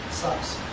sucks